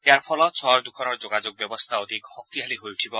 ইয়াৰ ফলত চহৰ দুখনৰ যোগাযোগ ব্যৱস্থা অধিক শক্তিশালী হৈ উঠিব